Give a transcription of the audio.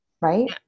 right